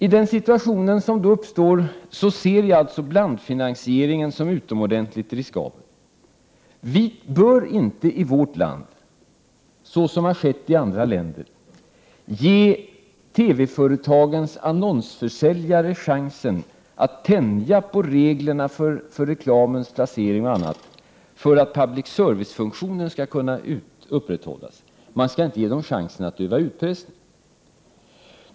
I den situation som då uppstår ser jag blandfinansieringen som utomordentligt riskabel. Vi bör inte i vårt land, så som har skett i andra länder, ge TV-företagens annonsförsäljare chansen att tänja på reglerna för reklamens placering och annat för att public service-funktionen skall kunna upprätthållas. Man skall inte ge dem chansen att utöva utpressning.